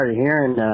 hearing